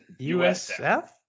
USF